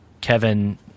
Kevin